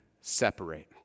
separate